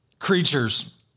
creatures